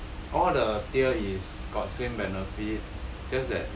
all the tier is got same benefit